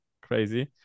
crazy